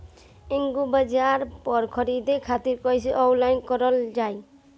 एग्रीबाजार पर खरीदे खातिर कइसे ऑनलाइन कइल जाए?